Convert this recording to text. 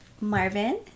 marvin